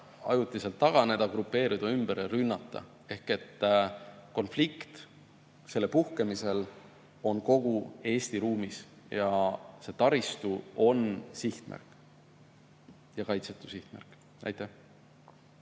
ajutiselt taganeda, grupeeruda ümber ja rünnata. Konflikt selle puhkemisel on kogu Eesti ruumis ja meie taristu on sihtmärk, ja kaitsetu sihtmärk. Mati